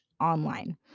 online